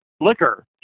liquor